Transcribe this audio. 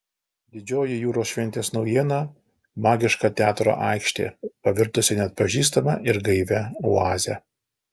didžioji jūros šventės naujiena magiška teatro aikštė pavirtusi neatpažįstama ir gaivia oaze